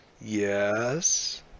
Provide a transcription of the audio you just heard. Yes